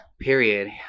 Period